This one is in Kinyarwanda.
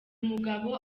mugabo